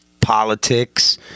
politics